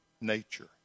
nature